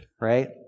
right